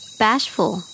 bashful